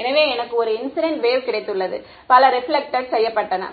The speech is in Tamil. எனவே எனக்கு ஒரு இன்சிடென்ட் வேவ் கிடைத்துள்ளது பல ரெபிலக்ட்ட் செய்யப்பட்டன